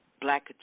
Black